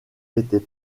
était